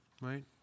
right